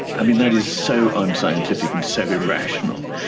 i mean, that is so unscientific and so irrational.